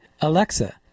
Alexa